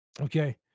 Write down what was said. okay